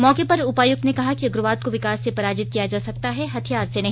मौके पर उपायुक्त ने कहा कि उग्रवाद को विकास से पराजित किया जा सकता है हथियार से नहीं